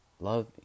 Love